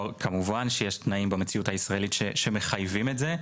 כמובן שיש תנאים במציאות הישראלית שמחייבים את זה.